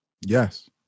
Yes